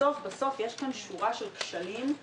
בסוף-בסוף יש כאן שורה של כשלים.